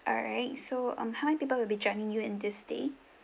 alright so um how many people will be joining you in this stay